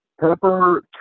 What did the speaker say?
Pepper